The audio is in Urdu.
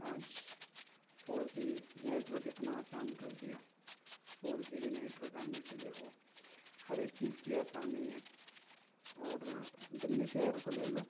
آج فور جی نیٹورک اتنا آسان کر دیا فور جی کے نیٹورک آنے سے دیکھو ہر ایک چیز کی آسانی ہے اور دہلی شہر کو لے لو